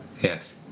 Yes